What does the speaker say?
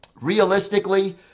realistically